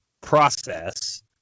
process